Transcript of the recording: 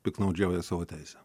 piktnaudžiauja savo teise